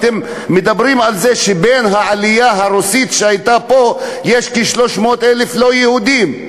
אתם מדברים על זה שבעלייה הרוסית שהייתה פה יש כ-300,000 לא-יהודים.